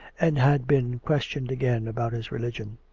and had been questioned again about his religion.